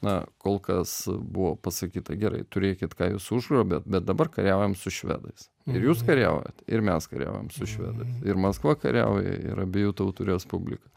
na kol kas buvo pasakyta gerai turėkit ką jūs užgrobėt bet dabar kariaujam su švedais ir jūs kariaujat ir mes kariaujam su švedais ir maskva kariauja ir abiejų tautų respublika